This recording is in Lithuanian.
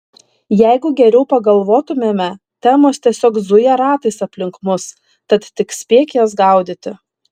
jeigu geriau pagalvotumėme temos tiesiog zuja ratais aplink mus tad tik spėk jas gaudyti